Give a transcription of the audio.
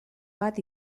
bat